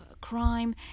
crime